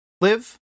Live